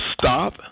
stop